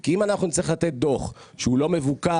כי אם אנחנו נצטרך לתת דוח שהוא לא מבוקר